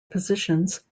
positions